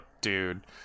dude